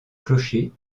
clocher